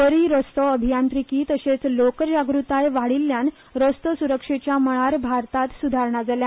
बरी रस्तो अभियांत्रिकी तशेंच लोकजागृताय वाढिल्ल्यान रस्तो सुरक्षेच्या मळार भारतांत सुधारणा जाल्या